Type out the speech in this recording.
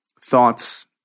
thoughts